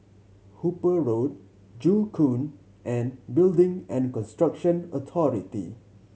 Hooper Road Joo Koon and Building and Construction Authority